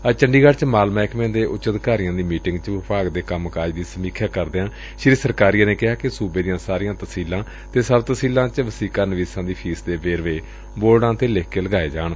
ਅੱਜ ਚੰਡੀਗੜ੍ਹ ਚ ਮਾਲ ਮਹਿਕਮੇ ਦੇ ਉੱਚ ਅਧਿਕਾਰੀਆਂ ਦੀ ਮੀਟਿੰਗ ਚ ਵਿਭਾਗ ਦੇ ਕੰਮ ਕਾਜ ਦੀ ਸਮੀਖਿਆ ਕਰਦਿਆਂ ਸ੍ਰੀ ਸਰਕਾਰੀਆ ਨੇ ਕਿਹਾ ਕਿ ਸੂਬੇ ਦੀਆਂ ਸਾਰੀਆਂ ਤਸੀਲਾਂ ਅਤੇ ਸਬ ਤਸੀਲਾਂ ਵਿਚ ਵਸੀਕਾ ਨਵੀਜਾ ਦੀ ਫੀਸ ਦੇ ਵੇਰਵੇ ਲਿਖ ਕੇ ਲਗਾਏ ਜਾਣ